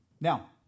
Now